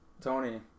Tony